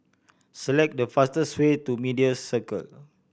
select the fastest way to Media Circle